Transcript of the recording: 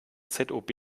zob